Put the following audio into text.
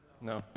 No